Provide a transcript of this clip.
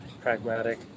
pragmatic